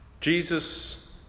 Jesus